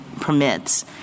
permits